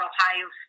Ohio